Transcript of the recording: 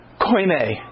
Koine